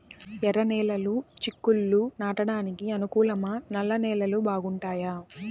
ఎర్రనేలలు చిక్కుళ్లు నాటడానికి అనుకూలమా నల్ల నేలలు బాగుంటాయా